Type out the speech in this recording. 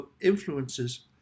influences